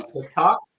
TikTok